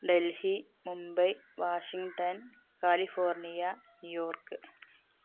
Delhi Mumbai Washington California New York